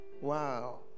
Wow